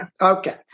Okay